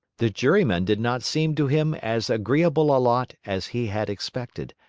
the jurymen did not seem to him as agreeable a lot as he had expected,